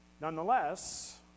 Nonetheless